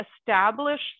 established